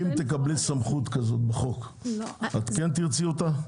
אם תקבלי סמכות כזאת בחוק, את כן תרצי אותה?